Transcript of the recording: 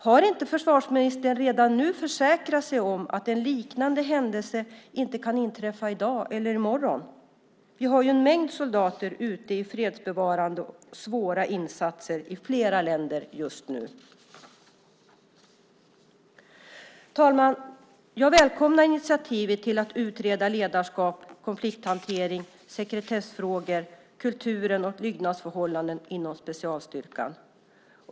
Har inte försvarsministern redan nu försäkrat sig om att en liknande händelse inte kan inträffa i dag eller i morgon? Vi har en mängd soldater ute i fredsbevarande svåra insatser i flera länder just nu. Herr talman! Jag välkomnar initiativet till att utreda ledarskap, konflikthantering, sekretessfrågor, kultur och lydnadsförhållanden inom specialstyrkan.